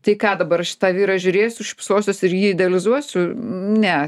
tai ką dabar aš į tą vyrą žiūrėsiu šypsosiuos ir jį idealizuosiu ne